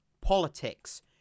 Politics